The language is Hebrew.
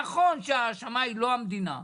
נכון שהאשמה היא לא המדינה.